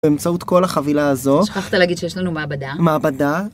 באמצעות כל החבילה הזו שכחת להגיד שיש לנו מעבדה? מעבדה